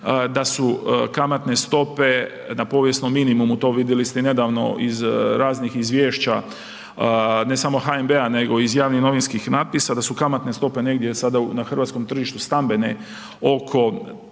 da su kamatne stope na povijesnom minimumu, to vidjeli ste i nedavno iz raznih izvješća, ne samo HNB-a nego iz javnih novinskih natpisa, da su kamatne stope negdje sada na hrvatskom tržištu stambene oko